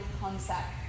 concept